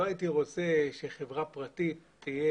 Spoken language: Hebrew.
כמו שלא הייתי רוצה שחברה פרטית תהיה